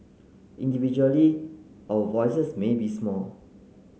individually our voices may be small